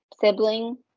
sibling